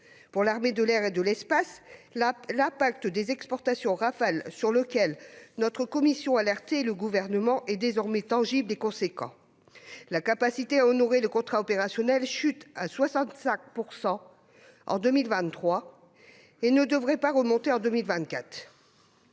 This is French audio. Pour l'armée de l'air et de l'espace, l'impact des exportations Rafale, sur lequel notre commission alertait le Gouvernement, est désormais tangible et très important : la capacité à honorer le contrat opérationnel chute à 65 % en 2023 et ne devrait pas remonter en 2024.